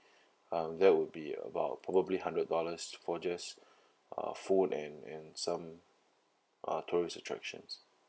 um that will be about probably hundred dollars for just uh food and and some uh tourist attractions